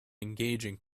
engaging